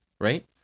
Right